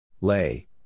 Lay